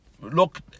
look